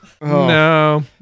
No